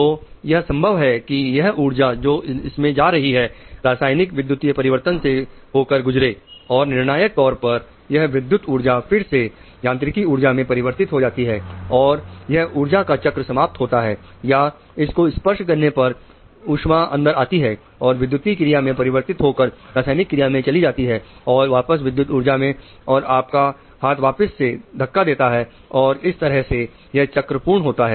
तो यह संभव है यह ऊर्जा जो इसमें जा रही है रासायनिक विद्युतीय परिवर्तन से होकर गुजरे और निर्णायक तौर पर यह विद्युत ऊर्जा फिर से यांत्रिक ऊर्जा में परिवर्तित हो जाती है और यह ऊर्जा का चक्र समाप्त होता है या इस को स्पर्श करने पर ऊष्मा अंदर जाती है और विद्युतीय क्रिया में परिवर्तित हो कर रासायनिक क्रिया में चली जाती है और वापस विद्युत ऊर्जा में और आपका हाथ वापिस से धक्का देता है और इस तरह यह चक्र पूर्ण होता है